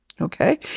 Okay